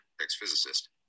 ex-physicist